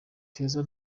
kaza